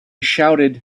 shouted